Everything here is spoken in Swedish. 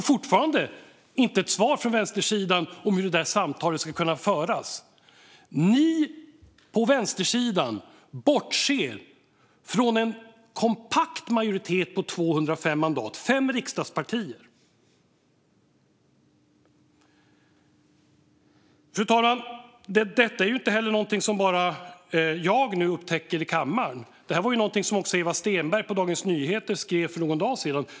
Fortfarande har det inte kommit något svar från vänstersidan om hur detta samtal ska kunna föras. Ni på vänstersidan bortser från en kompakt majoritet på 205 mandat från fem riksdagspartier. Fru talman! Detta är inte heller någonting som bara jag nu upptäcker i kammaren. Det är någonting som också Ewa Stenberg på Dagens Nyheter skrev om för någon dag sedan.